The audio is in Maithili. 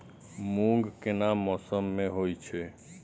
मूंग केना मौसम में होय छै?